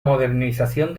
modernización